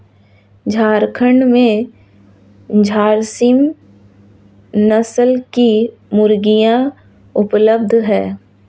झारखण्ड में झारसीम नस्ल की मुर्गियाँ उपलब्ध है